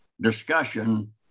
discussion